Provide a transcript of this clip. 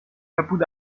tapout